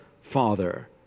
Father